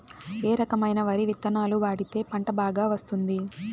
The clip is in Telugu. ఏ రకమైన వరి విత్తనాలు వాడితే పంట బాగా వస్తుంది?